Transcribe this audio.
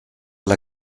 alla